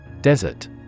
Desert